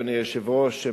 אדוני היושב-ראש,